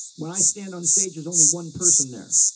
when i stand on the stage, there's only one person there.